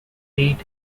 eight